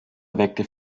erweckte